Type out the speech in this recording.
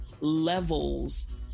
levels